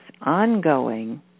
ongoing